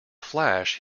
flash